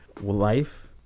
life